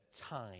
time